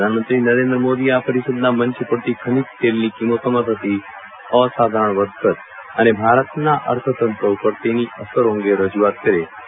પ્રધાનમંત્રી નરેન્દ્ર મોદી આ પરિષદના મંચ ઉપરથી ખનિજ તેલની કિંમતોમાં થતી અસાધારણ વધઘટ અને ભારતના અર્થતંત્ર ઉપર તેની અસરો અંગે રજૂઆત કરે તેવી સંભાવના છે